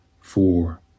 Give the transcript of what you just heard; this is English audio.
four